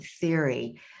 theory